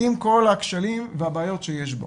עם כל הכשלים והבעיות שיש בו.